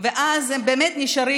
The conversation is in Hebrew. ו' באלול התש"ף (26 באוגוסט 2020)